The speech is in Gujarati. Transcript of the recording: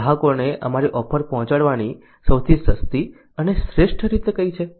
ગ્રાહકોને અમારી ઓફર પહોંચાડવાની સૌથી સસ્તી અને શ્રેષ્ઠ રીત કઈ છે